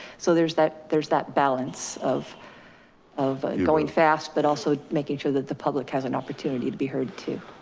so there's that there's that balance of of going fast, but also making sure that the public has an opportunity to be heard too.